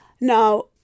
Now